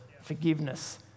forgiveness